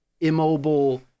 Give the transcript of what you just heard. immobile